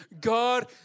God